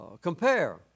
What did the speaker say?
compare